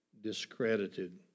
discredited